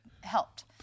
helped